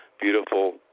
beautiful